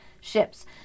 ships